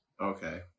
Okay